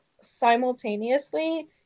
simultaneously